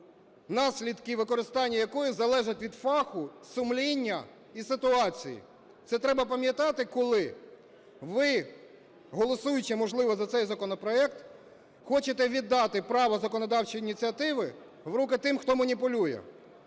наслідки використання якої залежать від фаху, сумління і ситуації. Це треба пам'ятати, коли ви, голосуючи, можливо, за цей законопроект, хочете віддати право законодавчої ініціативи в руки тим, хто маніпулює.